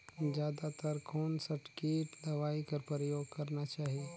जादा तर कोन स किट दवाई कर प्रयोग करना चाही?